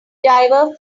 diver